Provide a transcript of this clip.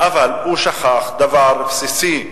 אבל הוא שכח דבר בסיסי אחד,